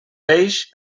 peix